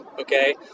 okay